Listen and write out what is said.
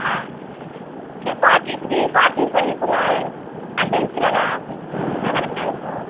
ஆ இந்த forty three forty five குள்ள அந்த இன்ச்சில தான் க கரெக்டாக இருக்கும்